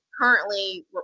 currently